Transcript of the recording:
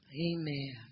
Amen